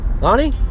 Lonnie